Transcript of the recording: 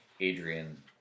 Adrian